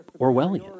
Orwellian